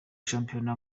shampiyona